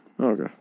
Okay